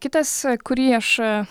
kitas kurį aš